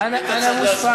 (בערבית: אני לא מבין.)